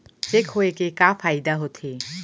Cheque होए के का फाइदा होथे?